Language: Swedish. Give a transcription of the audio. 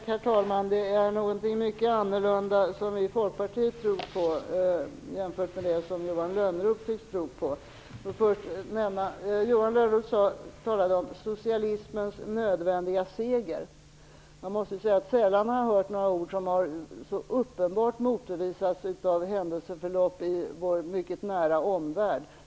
Herr talman! Det som vi i Folkpartiet tror på skiljer sig mycket från det som Johan Lönnroth tycks tro på. Johan Lönnroth talade om socialismens nödvändiga seger. Jag måste säga att jag sällan har hört några ord som så uppenbart har motbevisats av händelseförloppet i vår mycket nära omvärld.